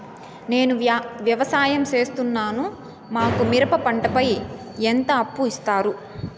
నేను వ్యవసాయం సేస్తున్నాను, మాకు మిరప పంటపై ఎంత అప్పు ఇస్తారు